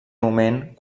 moment